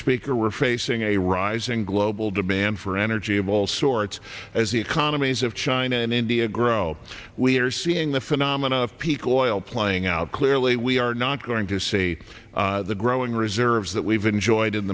speaker we're facing a rising global demand for energy of all sorts as the economies of china and india grow we are seeing the phenomenon peak oil playing out clearly we are not going to see the growing reserves that we've enjoyed in